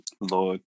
Lord